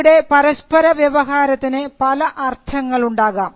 ഇവിടെ പരസ്പര വ്യവഹാരത്തിന് പല അർത്ഥങ്ങൾ ഉണ്ടാകാം